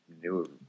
new